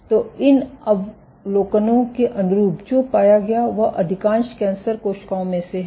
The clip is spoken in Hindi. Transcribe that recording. तो इन अवलोकनों के अनुरूप जो पाया गया है वह अधिकांश कैंसर कोशिकाओं में है